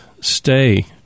stay